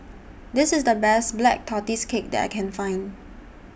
This IS The Best Black Tortoise Cake that I Can Find